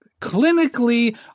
Clinically